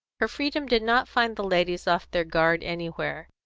her freedom did not find the ladies off their guard anywhere.